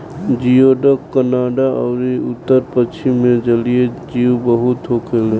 जियोडक Canada अउरी उत्तर पश्चिम मे जलीय जीव बहुत होखेले